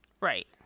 Right